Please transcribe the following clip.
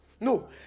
No